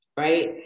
Right